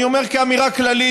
אני אומר כאמירה כללית,